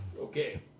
Okay